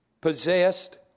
possessed